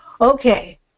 Okay